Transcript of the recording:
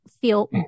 feel